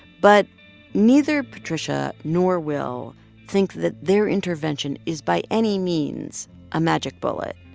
but neither patricia nor will think that their intervention is by any means a magic bullet.